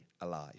alive